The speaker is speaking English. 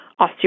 osteoporosis